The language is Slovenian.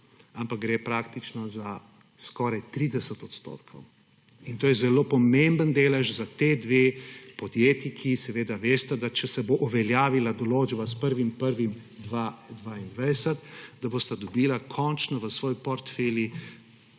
ampak gre praktično za skoraj 30 odstotkov. In to je zelo pomemben za ti dve podjetji, ki seveda vesta, da če se bo uveljavila določba s 1. 1. 2022, bosta končno v svoj portfelj